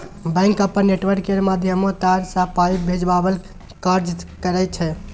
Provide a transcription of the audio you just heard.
bank अपन network केर माध्यमे तार सँ पाइ भेजबाक काज करय छै